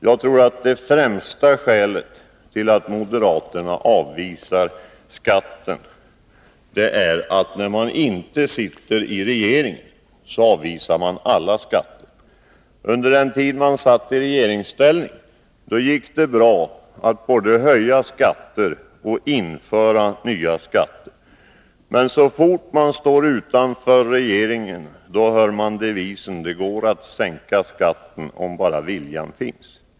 Jag tror att det främsta skälet är att de avvisar alla skatter, när de inte sitter i regeringen. Under den tid man satt i regeringsställning gick det bra att både höja skatter och införa nya skatter. Men så fort man står utanför regeringen hörs devisen: Det går att sänka skatten om bara viljan finns.